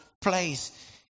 place